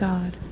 God